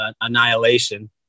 Annihilation